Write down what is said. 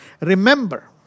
Remember